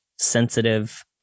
sensitive